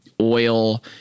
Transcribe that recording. oil